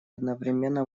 одновременно